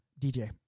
DJ